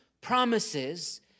promises